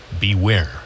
beware